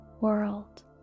world